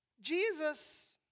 Jesus